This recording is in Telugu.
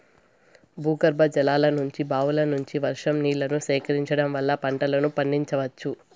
భూగర్భజలాల నుంచి, బావుల నుంచి, వర్షం నీళ్ళను సేకరించడం వల్ల పంటలను పండించవచ్చు